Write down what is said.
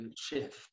shift